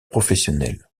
professionnel